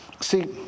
See